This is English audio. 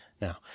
now